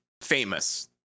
famous